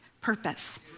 purpose